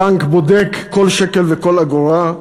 הבנק בודק כל שקל וכל אגורה,